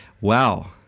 wow